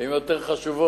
הן יותר חשובות